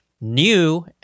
new